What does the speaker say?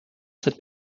cette